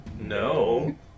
No